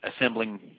assembling